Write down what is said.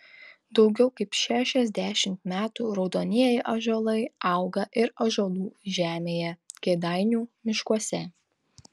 daugiau kaip šešiasdešimt metų raudonieji ąžuolai auga ir ąžuolų žemėje kėdainių miškuose